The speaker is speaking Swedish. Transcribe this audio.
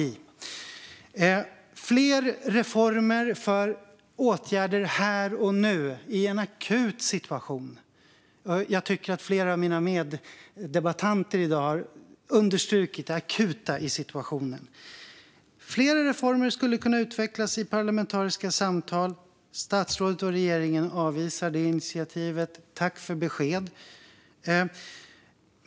Det behövs fler reformer och åtgärder här och nu, i en akut situation. Jag tycker att flera av mina meddebattanter i dag har understrukit det akuta i situationen. Flera reformer skulle kunna utvecklas i parlamentariska samtal. Statsrådet och regeringen avvisar det initiativet. Tack för beskedet!